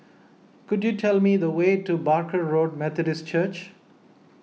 could you tell me the way to Barker Road Methodist Church